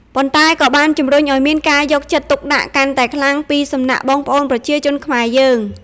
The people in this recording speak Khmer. ប៉ុន្តែក៏បានជំរុញឲ្យមានការយកចិត្តទុកដាក់កាន់តែខ្លាំងពីសំណាក់បងប្អូនប្រជាជនខ្មែរយើង។